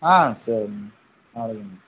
ஆ சரிங்க மேம் வரேங்க மேம்